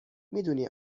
میدونی